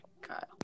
Kyle